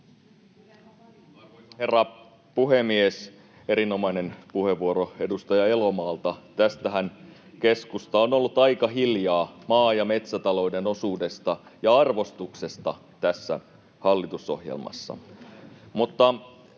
Herra puhemies! Erinomainen puheenvuoro edustaja Elomaalta. Tästähän keskusta on ollut aika hiljaa, maa- ja metsätalouden osuudesta ja arvostuksesta tässä hallitusohjelmassa.